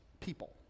people